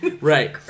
Right